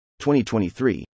2023